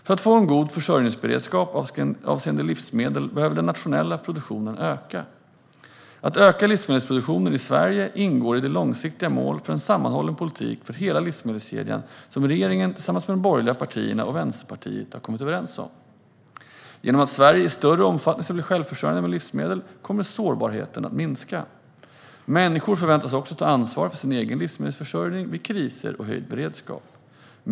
För att få en god försörjningsberedskap avseende livsmedel behöver den nationella produktionen öka. Att öka livsmedelsproduktionen i Sverige ingår i de långsiktiga mål för en sammanhållen politik för hela livsmedelskedjan som regeringen tillsammans med de borgerliga partierna och Vänsterpartiet har kommit överens om. Genom att Sverige i större omfattning ska bli självförsörjande med livsmedel kommer sårbarheten att minska. Människor förväntas också ta ansvar för sin egen livsmedelsförsörjning vid kriser och höjd beredskap.